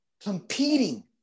competing